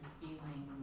feeling